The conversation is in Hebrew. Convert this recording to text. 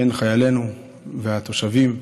בין אם חיילנו ובין אם התושבים.